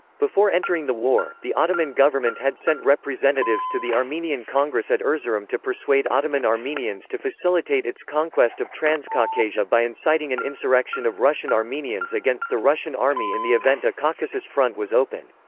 before entering the war, the ottoman government had sent representatives to the armenian congress at erzurum to persuade ottoman armenians to facilitate its conquest of transcaucasia by inciting an insurrection of russian armenians against the russian army in the event a caucasus front was opened.